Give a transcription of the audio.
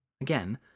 Again